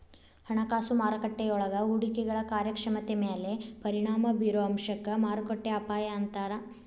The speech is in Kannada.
ಹಣಕಾಸು ಮಾರುಕಟ್ಟೆಯೊಳಗ ಹೂಡಿಕೆಗಳ ಕಾರ್ಯಕ್ಷಮತೆ ಮ್ಯಾಲೆ ಪರಿಣಾಮ ಬಿರೊ ಅಂಶಕ್ಕ ಮಾರುಕಟ್ಟೆ ಅಪಾಯ ಅಂತಾರ